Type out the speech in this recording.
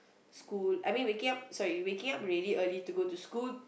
school I mean waking up sorry waking up really early to go to school